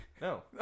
No